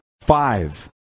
five